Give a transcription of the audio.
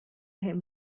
him